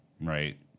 right